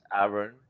Aaron